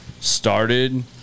started